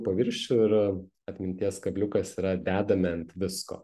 paviršių ir atminties kabliukas yra dedame ant visko